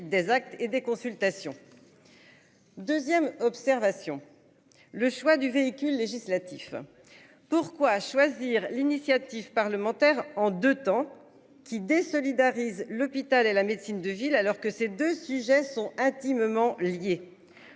des actes et des consultations. Deuxième observation le choix du véhicule législatif. Pourquoi choisir l'initiative parlementaire en 2 temps qui désolidarisent l'hôpital et la médecine de ville alors que ces 2 sujets sont intimement liés.